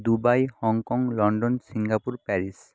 Dubai Hong Kong London Singapore Paris